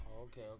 okay